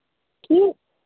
कि